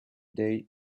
they